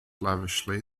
lavishly